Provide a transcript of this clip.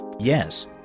Yes